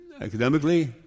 academically